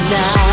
now